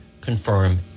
confirm